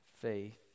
faith